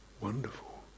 wonderful